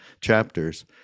chapters